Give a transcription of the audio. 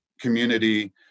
community